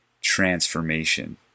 transformation